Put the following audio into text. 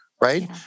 right